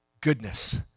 Goodness